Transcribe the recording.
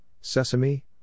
sesame